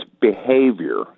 behavior